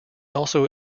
also